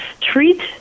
treat